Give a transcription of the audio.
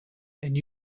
and